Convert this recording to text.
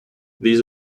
these